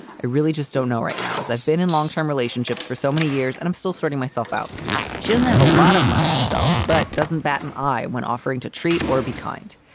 i really just don't know right now as i've been in long term relationships for so many years and i'm still sorting myself out she didn't have a lot of money herself, but doesn't bat an eye when offering to treat or be kind.